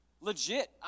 legit